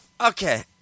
okay